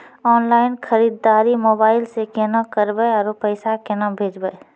Online खरीददारी mobile से केना करबै, आरु पैसा केना भेजबै?